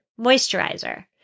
moisturizer